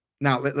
Now